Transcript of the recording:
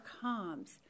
comes